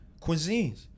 cuisines